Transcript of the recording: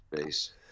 space